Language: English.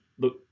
look